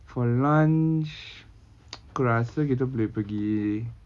for lunch aku rasa kita boleh pergi